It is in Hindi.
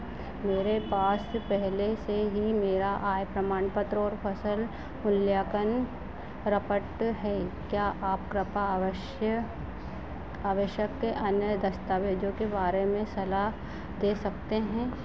मेरे पास पहले से ही मेरा आय प्रमाण पत्र और फ़सल मूल्याकन रपट है क्या आप कृपा आवश्यक अन्य दस्तावेज़ों के बारे में सलाह दे सकते हैं